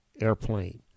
airplane